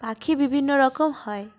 পাখি বিভিন্ন রকম হয়